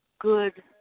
Good